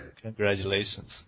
congratulations